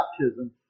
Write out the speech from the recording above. baptism